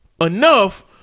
enough